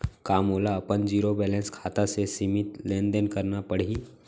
का मोला अपन जीरो बैलेंस खाता से सीमित लेनदेन करना पड़हि?